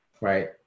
Right